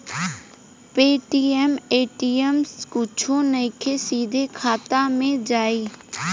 Paytm ATM कुछो नइखे, सीधे खाता मे जाई